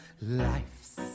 Life's